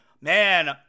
man